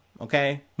okay